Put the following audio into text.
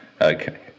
Okay